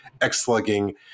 X-slugging